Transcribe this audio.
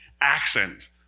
accent